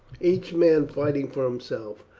each man fighting for himself,